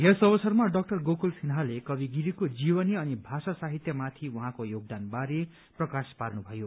यस अवसरमा डाक्टर गोकुल सिन्हाले कवि गिरीको जीवनी अनि भाषा साहित्यमाथि उहाँको योगदान बारे प्रकाश पार्नुभयो